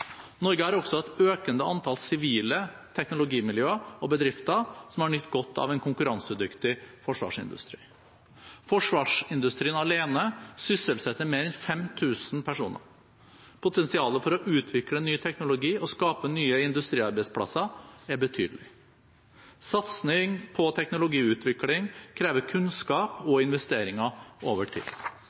Norge har også et økende antall sivile teknologimiljøer og bedrifter som har nytt godt av en konkurransedyktig forsvarsindustri. Forsvarsindustrien alene sysselsetter mer enn 5 000 personer. Potensialet for å utvikle ny teknologi og å skape nye industriarbeidsplasser er betydelig. Satsing på teknologiutvikling krever kunnskap og investeringer over tid.